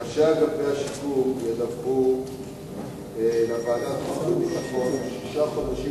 ראשי אגפי השיקום ידווחו לוועדת החוץ והביטחון שישה חודשים